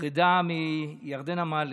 פרידה מירדנה מלר,